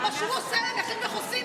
מה שהוא עושה בשביל הנכים והחוסים,